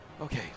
Okay